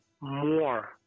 more